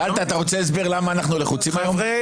שאלת, אתה רוצה הסבר למה אנחנו לחוצים היום?